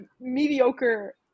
mediocre